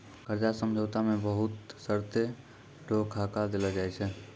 कर्जा समझौता मे बहुत शर्तो रो खाका देलो जाय छै